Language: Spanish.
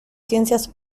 ciencias